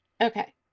Okay